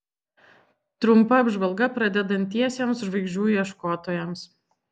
trumpa apžvalga pradedantiesiems žvaigždžių ieškotojams